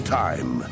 time